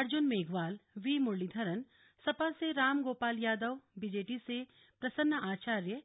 Arjun Meghwal V Muraleedharan Sapa से Ramgopal Yadav BJD से प्रसन्ना आचार्य